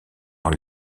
dans